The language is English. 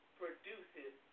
produces